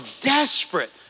desperate